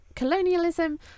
colonialism